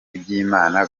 iby’imana